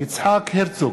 הרצוג,